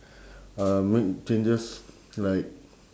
uh make changes like